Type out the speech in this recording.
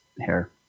hair